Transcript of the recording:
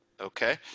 Okay